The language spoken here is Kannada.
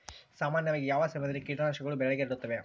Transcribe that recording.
ಸಾಮಾನ್ಯವಾಗಿ ಯಾವ ಸಮಯದಲ್ಲಿ ಕೇಟನಾಶಕಗಳು ಬೆಳೆಗೆ ಹರಡುತ್ತವೆ?